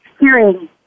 hearing